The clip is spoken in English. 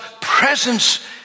presence